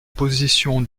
position